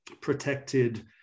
protected